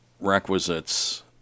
requisites